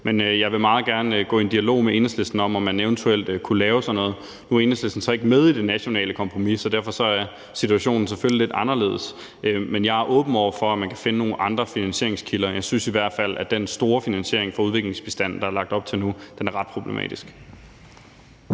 Men jeg vil meget gerne gå i en dialog med Enhedslisten om, om man eventuelt kunne lave sådan noget. Nu er Enhedslisten så ikke med i det nationale kompromis, så derfor er situationen selvfølgelig lidt anderledes. Men jeg åben over for, at man kan finde nogle andre finansieringskilder. Jeg synes i hvert fald, at den store finansiering fra udviklingsbistanden, der er lagt op til nu, er ret problematisk.